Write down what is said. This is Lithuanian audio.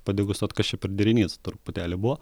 padegustuot kas čia per derinys truputėlį buvo